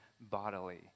bodily